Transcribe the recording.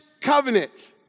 covenant